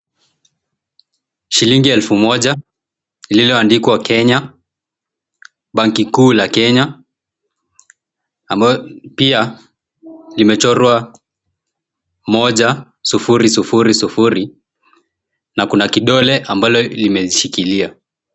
Shilingi elfu moja, lililoandikwa Kenya, Banki Kuu ya Kenya ambayo pia, limechorwa moja sufuri sufuri na kuna kidole ambalo limezishikilia.